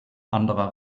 anderer